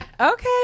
okay